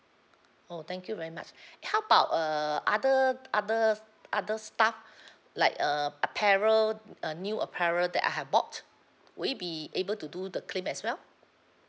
oh thank you very much how about err other other's other's stuff like err apparel a new apparel that I have bought will it be able to do the claim as well